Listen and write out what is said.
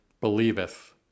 believeth